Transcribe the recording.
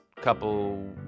couple